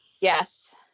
Yes